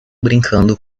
brincando